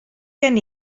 gen